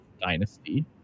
Dynasty